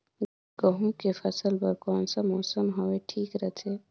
गहूं के फसल बर कौन सा मौसम हवे ठीक रथे?